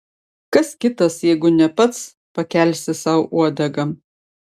kas kitas jeigu ne pats pakelsi sau uodegą